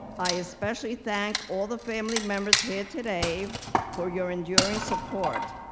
i especially thank all the family members here today for your enduring support.